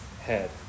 head